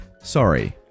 Sorry